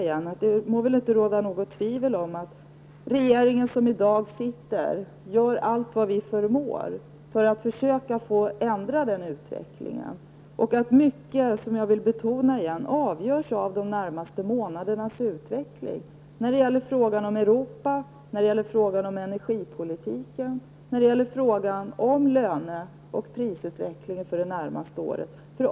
Men det må väl inte råda något tvivel om att vi i den sittande regeringen gör allt vi förmår för att ändra den utvecklingen. Jag vill återigen betona att mycket avgörs i och med de närmaste månadernas utveckling när det gäller frågan om Europa, frågan om energipolitiken samt frågan om löne och prisutvecklingen för de närmaste åren.